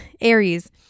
aries